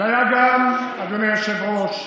אדוני היושב-ראש,